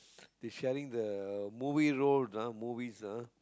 they sharing the movie rolls ah movies ah